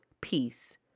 peace